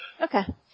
Okay